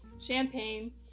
champagne